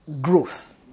growth